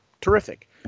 Terrific